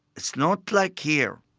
it's not like here.